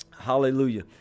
hallelujah